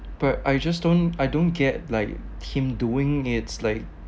but I just don't I don't get like him doing it's like